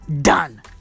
done